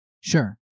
Sure